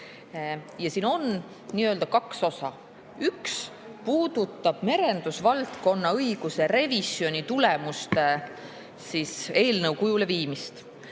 Ja siin on kaks osa. Üks puudutab merendusvaldkonna õiguse revisjoni tulemuste eelnõu kujule viimist.